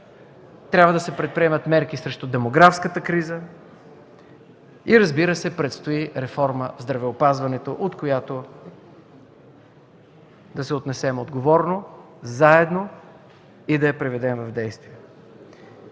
Трябва да се предприемат мерки срещу демографската криза. Разбира се, предстои реформа в здравеопазването, към която да се отнесем отговорно, заедно и да я приведем в действие.